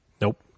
Nope